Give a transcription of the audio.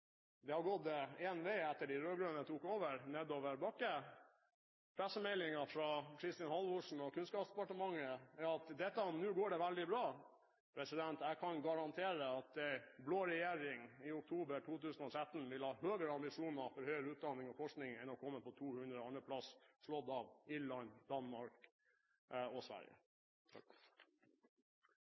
Det har gått én vei etter at de rød-grønne overtok – nedoverbakke. Pressemeldingen fra Kristin Halvorsen og Kunnskapsdepartementet er at nå går det veldig bra. Jeg kan garantere at en blå regjering i oktober 2013 vil ha høyere ambisjoner for høyere utdanning og forskning enn å komme på 202. plass, slått av Finland, Danmark og Sverige.